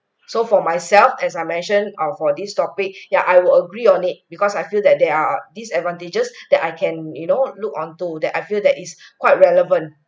so for myself as I mention err for these topic yeah I will agree on it because I feel that they are disadvantages that I can you know look onto that I feel that is quite relevant